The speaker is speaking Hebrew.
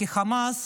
כי חמאס